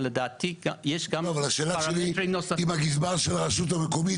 אבל השאלה שלי אם הגזבר של הרשות המקומית